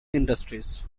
industries